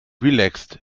relaxt